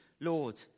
Lord